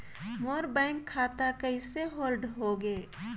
मोर bank खाता कइसे hold होगे?